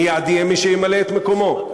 מייד יהיה מי שימלא את מקומו.